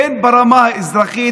הן ברמה האזרחית,